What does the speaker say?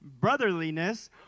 brotherliness